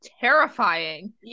terrifying